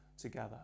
together